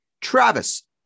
Travis